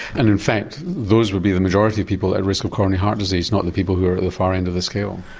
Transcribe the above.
and in fact those would be the majority of people at risk of coronary heart disease not the people who are at the far end of the scale.